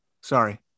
Sorry